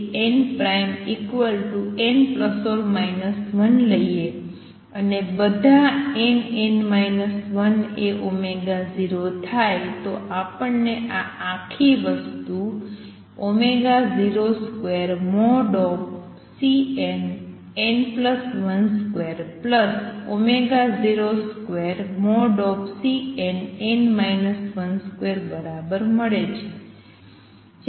અને તેથી nn±1 લઈએ અને બધા nn 1 એ 0 થાય તો આપણને આ આખી વસ્તુ 02|Cnn1 |202|Cnn 1 |2 બરાબર મળે છે